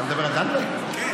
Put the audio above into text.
אתה מדבר על, כן.